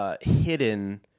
hidden